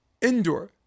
Indoor